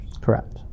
Correct